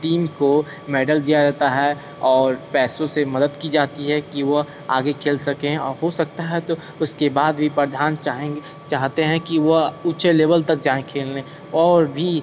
team को medal दिया जाता है और पैसों से मदद की जाती है कि वह आगे खेल सके हो सकता है तो उसके बाद ही प्रधान चाहेंगे चाहते हैं कि वह ऊँचे लेवल तक जाएं खेलने और भी